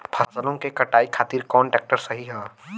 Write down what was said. फसलों के कटाई खातिर कौन ट्रैक्टर सही ह?